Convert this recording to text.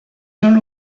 jean